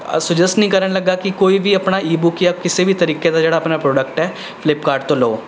suggest ਨਹੀਂ ਕਰਨ ਲੱਗਾ ਕਿ ਕੋਈ ਵੀ ਆਪਣੀ ਈ ਬੁੱਕ ਜਾਂ ਕਿਸੇ ਵੀ ਤਰੀਕੇ ਦਾ ਜਿਹੜਾ ਆਪਣਾ ਪ੍ਰੋਡਕਟ ਹੈ ਫਲਿੱਪਕਾਰਟ ਤੋਂ ਲਓ